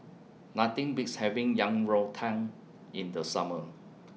Nothing Beats having Yang Rou Tang in The Summer